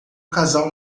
casal